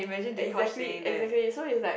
exactly exactly so is like